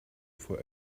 for